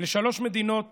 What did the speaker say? לשלוש מדינות